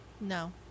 No